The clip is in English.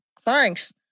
thanks